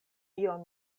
ion